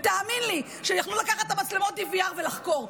תאמין לי שיכלו לקחת את מצלמות ה-DVR ולחקור.